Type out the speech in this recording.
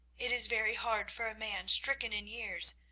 it is very hard for a man stricken in years,